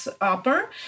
Upper